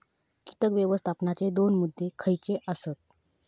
कीटक व्यवस्थापनाचे दोन मुद्दे खयचे आसत?